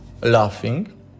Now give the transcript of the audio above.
laughing